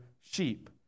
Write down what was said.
sheep